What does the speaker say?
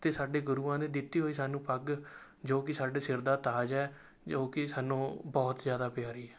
ਅਤੇ ਸਾਡੇ ਗੁਰੂਆਂ ਨੇ ਦਿੱਤੀ ਹੋਈ ਸਾਨੂੰ ਪੱਗ ਜੋ ਕਿ ਸਾਡੇ ਸਿਰ ਦਾ ਤਾਜ ਹੈ ਜੋ ਕਿ ਸਾਨੂੰ ਬਹੁਤ ਜ਼ਿਆਦਾ ਪਿਆਰੀ ਹੈ